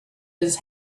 his